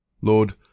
Lord